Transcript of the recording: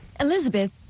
Elizabeth